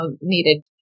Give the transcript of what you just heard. needed